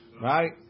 Right